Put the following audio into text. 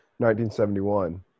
1971